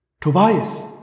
Tobias